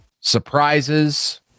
surprises